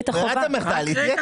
ברירת המחדל היא כלי לתקציב המשכי.